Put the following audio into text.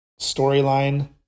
storyline